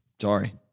Sorry